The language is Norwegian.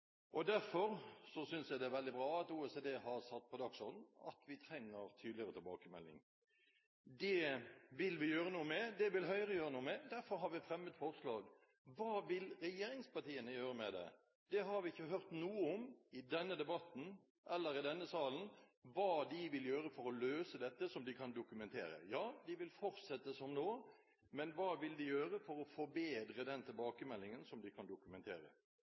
Derfor synes jeg det er veldig bra at OECD har satt på dagsordenen at vi trenger tydeligere tilbakemeldinger. Det vil Høyre gjøre noe med, og derfor har vi fremmet forslaget. Hva vil regjeringspartiene gjøre med det? Det har vi ikke hørt noe om i denne debatten, eller i denne salen. Hva vil de gjøre for å løse dette som de kan dokumentere? Ja, de vil fortsette som nå. Men hva vil de gjøre for å forbedre den tilbakemeldingen som de kan dokumentere?